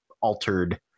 altered